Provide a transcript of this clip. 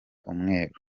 umweru